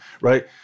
right